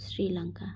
Sri Lanka